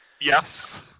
Yes